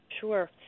Sure